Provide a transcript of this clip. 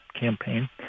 campaign